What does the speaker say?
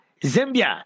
Zambia